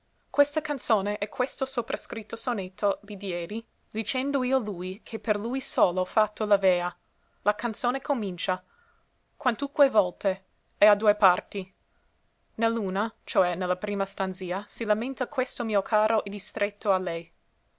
questa canzone e questo soprascritto sonetto li diedi dicendo io lui che per lui solo fatto l'avea la canzone comincia quantunque volte e ha due parti ne l'una cioè ne la prima stanzia si lamenta questo mio caro e distretto a lei